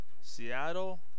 Seattle